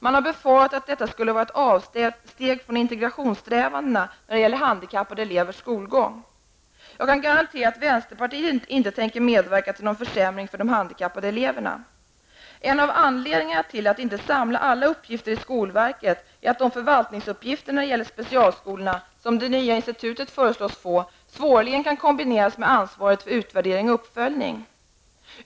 Man har befarat att detta skulle vara ett avsteg ifrån integrationssträvandena när det gäller handikappade elevers skolgång. Jag kan garantera att vänsterpartiet inte tänker medverka till någon försämring för de handikappade eleverna. En av anledningarna till att inte samla alla uppgifter i skolverket är att de förvaltningsuppgifter när det gäller specialskolorna, som det nya institutet föreslås få, svårligen kan kombineras med ansvaret för utvärdering och uppföljning.